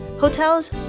hotels